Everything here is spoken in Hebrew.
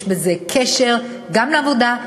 יש לזה קשר גם לעבודה,